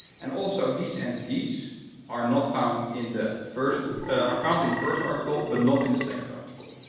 and also, these entities are not found in the first are found in the first article but not in the second article.